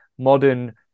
modern